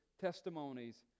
testimonies